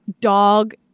dog